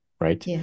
right